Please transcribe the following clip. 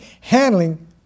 handling